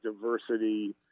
diversity